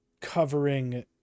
covering